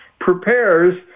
prepares